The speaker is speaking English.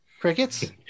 Crickets